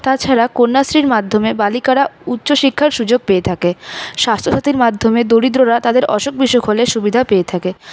তাছাড়া কন্যাশ্রীর মাধ্যমে বালিকারা উচ্চশিক্ষার সুযোগ পেয়ে থাকে স্বাস্থ্যসাথীর মাধ্যমে দরিদ্ররা তাদের অসুখ বিসুখ হলে সুবিধা পেয়ে থাকে